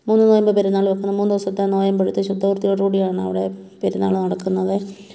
മൂന്ന് നോയമ്പ് പെരുനാളുവൊക്കെ മൂന്ന് ദിവസത്തെ നോയമ്പെടുത്ത് ശുദ്ധവൃത്തിയോടുകൂടിയാണ് അവിടെ പെരുന്നാൾ നടക്കുന്നത്